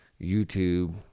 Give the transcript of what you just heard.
YouTube